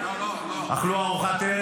לא, לא,